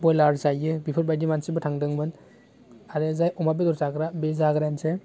ब्रयलार जायो बेफोरबायदि मानसिबो थांदोंमोन आरो जाय अमा बेदर जाग्रा बे जाग्रायानोसै